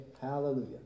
Hallelujah